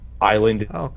Island